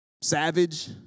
Savage